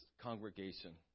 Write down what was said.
congregation